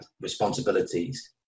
responsibilities